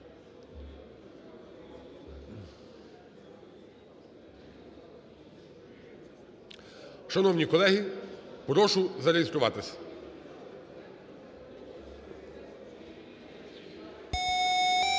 Шановні колеги, прошу зареєструватись. 10:03:32